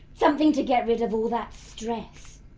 something to get rid of all that stress.